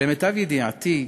למיטב ידיעתי,